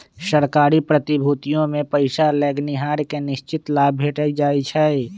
सरकारी प्रतिभूतिमें पइसा लगैनिहार के निश्चित लाभ भेंट जाइ छइ